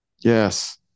yes